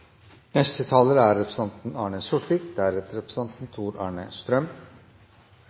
neste taler er representanten Anne Marit Bjørnflaten. Representanten